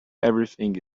everything